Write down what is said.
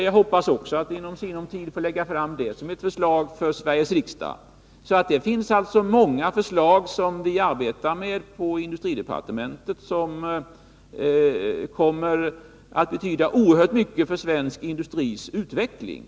Jag hoppas också att i sinom tid få lägga fram det som ett förslag för Sveriges riksdag. Vi arbetar alltså inom industridepartementet med många förslag, som kommer att betyda oerhört mycket för svensk industris utveckling.